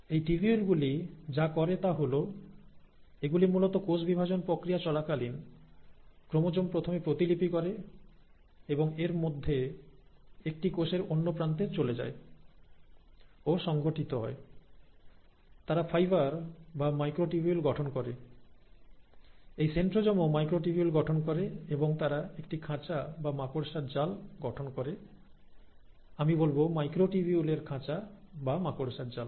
এই টিবিউল গুলি যা করে তা হল এগুলি মূলত কোষ বিভাজন প্রক্রিয়া চলাকালীন সেন্ট্রোজোম প্রথমে প্রতিলিপি করে এবং এর মধ্যে একটি কোষের অন্য প্রান্তে চলে যায় ও সংগঠিত হয় তারা ফাইবার বা মাইক্রোটিবিউল গঠন করে এই সেন্ট্রোজোমও মাইক্রোটিবিউল গঠন করে এবং তারা একটি খাঁচা বা মাকড়সার জাল গঠন করে আমি বলব মাইক্রোটিবিউল এর খাঁচা বা মাকড়সার জাল